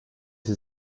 sie